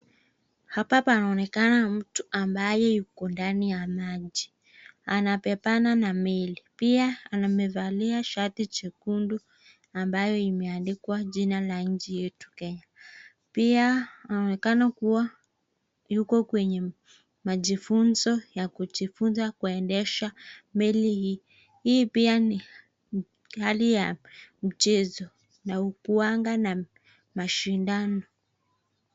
Hapa panaonekana mtu ambaye yuko ndani ya maji. Anabebana na meli. Pia amevalia shati chekundu ambayo imeandikwa jina la nchi yetu Kenya. Pia anaonekana kuwa yuko kwenye mafunzo ya kujifunza kuendesha meli hii. Hii pia ni gari ya mchezo na huanga na mashindano.